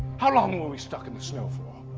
how long were we stuck in the snow for?